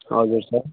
हजुर सर